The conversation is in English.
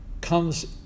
comes